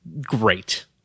great